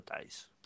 days